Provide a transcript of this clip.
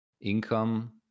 income